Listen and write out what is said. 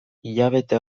hilabete